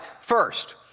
First